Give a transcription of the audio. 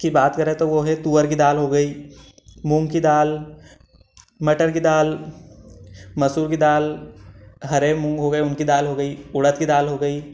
की बात करें तो वो है तुअर की दाल हो गई मूंग की दाल मटर की दाल मसूर की दाल हरे मूंग हो गए उनकी दाल हो गई उड़द की दाल हो गई